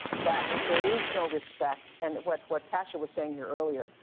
that if there is no respect and what what tascha was saying here earlier,